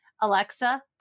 Alexa